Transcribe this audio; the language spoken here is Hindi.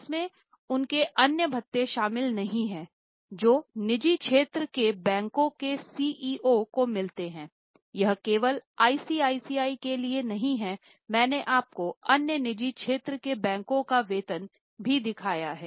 इस में उनके अन्य भत्ते शामिल नहीं है जो निजी क्षेत्र के बैंकों के सीईओ को मिलते है यह केवल आईसीआईसीआई के लिए नहीं है मैंने आपको अन्य निजी क्षेत्र के बैंकों का वेतन दिखाया है